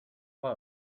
was